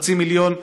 חצי מיליון,